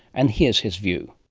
and here's his view.